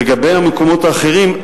לגבי המקומות האחרים,